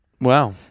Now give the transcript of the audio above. Wow